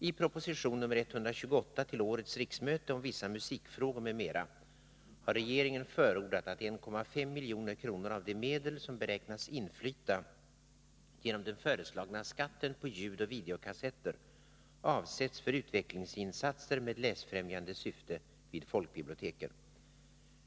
I proposition nr 128 till innevarande riksmöte om vissa musikfrågor m.m. har regeringen förordat att 1,5 milj.kr. av de medel som beräknas inflyta genom den föreslagna skatten på ljudoch videokassetter avsätts för utvecklingsinsatser med läsfrämjande syfte vid folkbiblioteken.